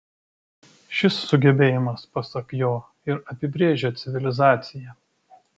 šis sugebėjimas pasak jo ir apibrėžia civilizaciją